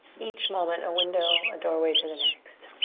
each moment, a window, a doorway to the next.